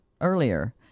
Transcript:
earlier